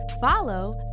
follow